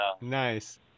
Nice